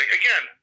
again